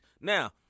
Now